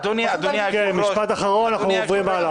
אדוני היושב-ראש --- משפט אחרון ואנחנו עוברים הלאה.